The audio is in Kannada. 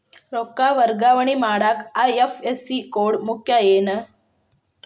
ರೊಕ್ಕ ವರ್ಗಾವಣೆ ಮಾಡಾಕ ಐ.ಎಫ್.ಎಸ್.ಸಿ ಕೋಡ್ ಮುಖ್ಯ ಏನ್